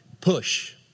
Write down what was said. push